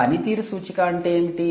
పనితీరు సూచిక అంటే ఏమిటి